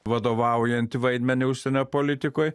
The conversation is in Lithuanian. vadovaujantį vaidmenį užsienio politikoj